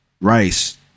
Rice